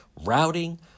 routing